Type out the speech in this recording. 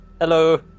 hello